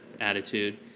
attitude